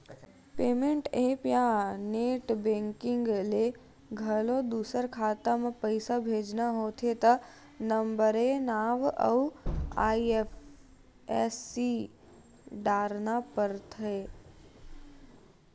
payment apps या net banking ले घलो दूसर खाता म पइसा भेजना होथे त नंबरए नांव अउ आई.एफ.एस.सी डारना परथे